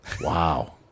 Wow